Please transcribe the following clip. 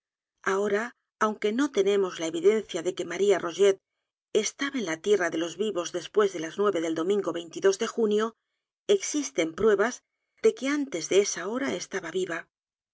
ahora aunque no tenemos la evidencia de que maría rogét estaba en la tierra de los vivos después de las nueve del domingo de junio existen pruebas de que antes de esa hora estaba viva